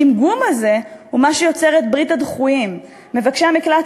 הגמגום הזה הוא מה שיוצר את ברית הדחויים: מבקשי המקלט,